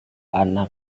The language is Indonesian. anak